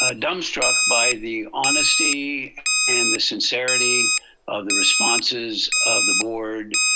ah dumbstruck by the honesty and the sincerity of the responses of the board,